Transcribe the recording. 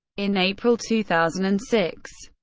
in april two thousand and six,